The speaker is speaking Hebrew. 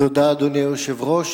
אדוני היושב-ראש,